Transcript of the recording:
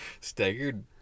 Staggered